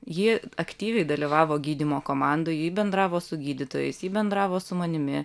ji aktyviai dalyvavo gydymo komandoj ji bendravo su gydytojais ji bendravo su manimi